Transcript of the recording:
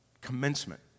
commencement